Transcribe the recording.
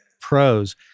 pros